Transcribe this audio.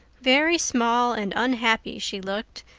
very small and unhappy she looked,